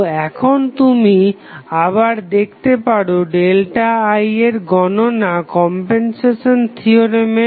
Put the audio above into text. তো এখন তুমি আবার দেখতে পারো ΔI এর গণনা কমপেনসেশন থিওরেমে